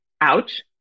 Ouch